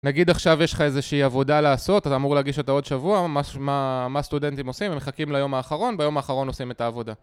נגיד עכשיו יש לך איזושהי עבודה לעשות, אתה אמור להגיש אותה עוד שבוע, מה סטודנטים עושים? הם מחכים ליום האחרון, ביום האחרון עושים את העבודה.